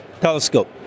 telescope